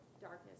darkness